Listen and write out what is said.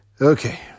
Okay